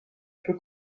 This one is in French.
peu